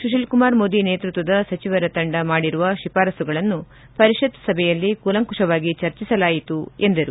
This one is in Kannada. ಸುಶೀಲ್ ಕುಮಾರ್ ಮೋದಿ ನೇತೃತ್ವದ ಸಚಿವರ ತಂಡ ಮಾಡಿರುವ ಶಿಫಾರಸುಗಳನ್ನು ಪರಿಷತ್ ಸಭೆ ಕೂಲಂಕಪವಾಗಿ ಚರ್ಚಿಸಲಾಯಿತು ಎಂದರು